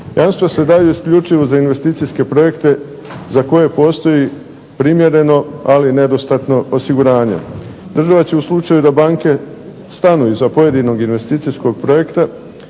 Jamstva se daju isključivo za investicijske projekte za koje postoji primjereno, ali nedostatno osiguranje. Država će u slučaju da banke stanu iza pojedinog investicijskog projekta